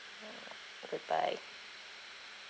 uh goodbye